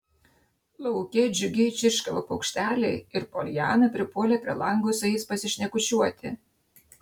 lauke džiugiai čirškavo paukšteliai ir poliana pripuolė prie lango su jais pasišnekučiuoti